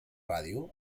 ràdio